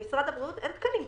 למשרד הבריאות אין תקנים בכיס.